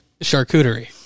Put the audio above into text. charcuterie